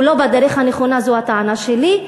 הוא לא בדרך הנכונה, זו הטענה שלי,